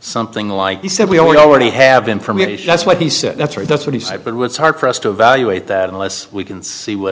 something like he said we already have information that's what he said that's right that's what he said but it was hard for us to evaluate that unless we can see what